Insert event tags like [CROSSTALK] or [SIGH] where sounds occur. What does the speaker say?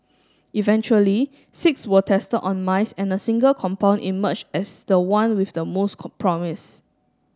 eventually six were tested on mice and a single compound emerged as the one with the most [UNINTELLIGIBLE] promise